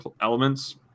elements